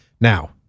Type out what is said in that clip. Now